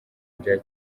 bya